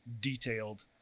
detailed